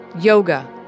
yoga